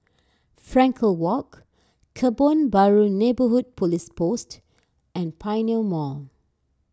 Frankel Walk Kebun Baru Neighbourhood Police Post and Pioneer Mall